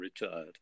retired